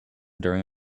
during